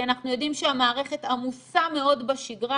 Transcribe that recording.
כי אנחנו יודעים שהמערכת עמוסה מאוד בשגרה,